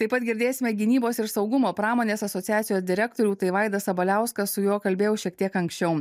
taip pat girdėsime gynybos ir saugumo pramonės asociacijos direktorių tai vaidą sabaliauską su juo kalbėjau šiek tiek anksčiau